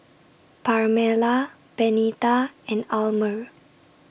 Pamella Benita and Almer